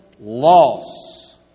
Loss